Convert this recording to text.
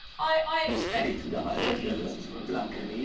i expect four communities, for example,